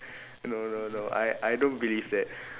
no no no I I don't believe that